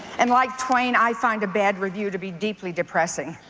and like twain i find a bad review to be deeply depressing.